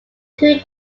two